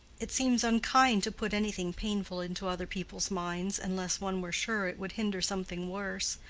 it seems unkind to put anything painful into other people's minds unless one were sure it would hinder something worse.